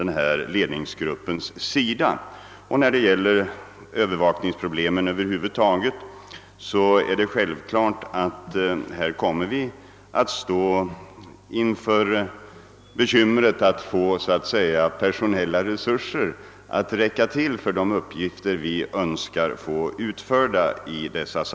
När det gäller övervakningen över huvud taget är det självklart att vi kommer att stå inför bekymret att få de personella resurserna att räcka till för de uppgifter som vi önskar få utförda.